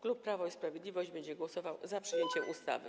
Klub Prawo i Sprawiedliwość będzie głosował za przyjęciem ustawy.